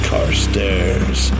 Carstairs